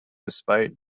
despite